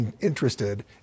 interested